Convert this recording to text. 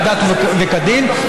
כדת וכדין.